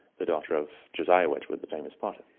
the daughter of josiah wedgwood the famous potter.